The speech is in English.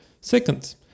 Second